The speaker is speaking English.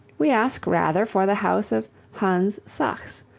we ask rather for the house of hans sachs,